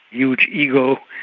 huge ego,